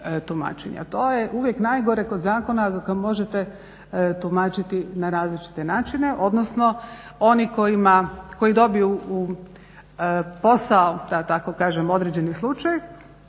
to je uvijek najgore kod zakona kakve možete tumačiti na različite načine, odnosno oni koji dobiju posao da tako